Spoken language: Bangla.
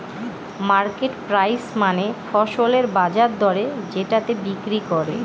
মার্কেট প্রাইস মানে ফসলের বাজার দরে যেটাতে বিক্রি করে